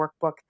workbook